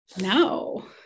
no